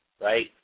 right